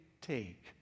take